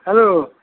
hello